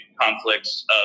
conflicts